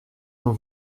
dans